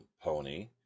pony